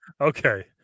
Okay